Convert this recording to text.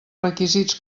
requisits